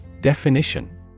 Definition